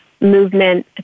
movement